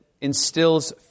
instills